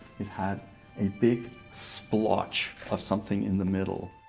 it had a big splotch of something in the middle.